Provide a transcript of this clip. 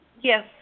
Yes